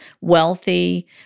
wealthy